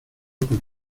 con